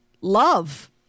love